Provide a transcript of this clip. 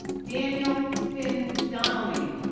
daniel finn donnelly,